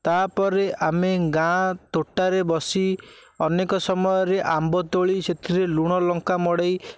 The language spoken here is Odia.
ତାପରେ ଆମେ ଗାଁ ତୋଟାରେ ବସି ଅନେକ ସମୟରେ ଆମ୍ବତୋଳି ସେଥିରେ ଲୁଣଲଙ୍କା ମଡ଼ାଇ